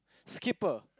Skipper